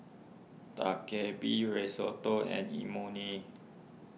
Dak Galbi Risotto and Imoni